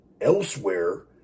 elsewhere